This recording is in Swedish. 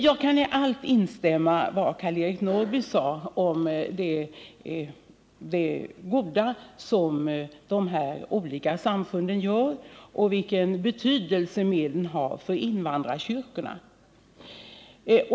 Jag kan i allt instämma i vad Karl-Eric Norrby sade om det goda som de här olika samfunden gör och vilken betydelse medlen har för invandrarkyrkorna.